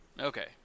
Okay